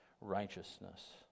righteousness